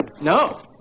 No